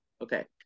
Okay